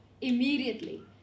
immediately